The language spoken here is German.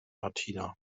martina